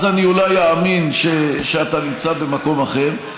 אז אני אולי אאמין שאתה נמצא במקום אחר.